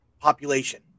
population